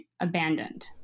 abandoned